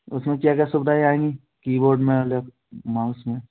उसमें क्या क्या सुविधाएँ आएँगी कीबोर्ड में अलग माउस में